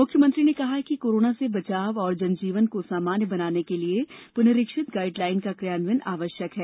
मुख्यमंत्री ने कहा कि कोरोना से बचाव और जनजीवन को सामान्य बनाने के लिए पुनरीक्षित गाइडलाइन का क्रियान्वयन आवश्यक है